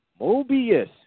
Mobius